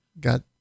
got